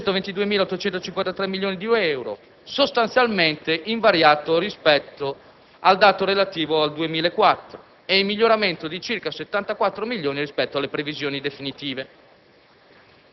a 222.853 milioni di euro, sostanzialmente invariato rispetto al dato relativo al 2004 e in miglioramento di circa 74.000 milioni rispetto alle previsioni definitive.